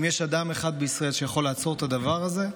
אם יש אדם אחד בישראל שיכול לעצור את הדבר הזה,